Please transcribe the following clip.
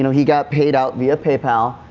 he got paid out via paypal,